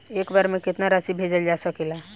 एक बार में केतना राशि भेजल जा सकेला?